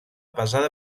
basada